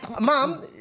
Mom